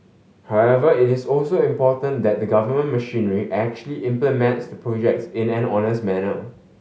however it is also important that the government machinery actually implements the projects in an honest manner